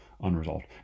unresolved